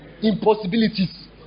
impossibilities